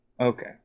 Okay